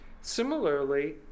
Similarly